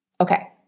Okay